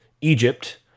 Egypt